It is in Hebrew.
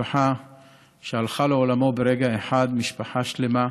משפחה שהלכה לעולמה ברגע אחד, משפחה שלמה.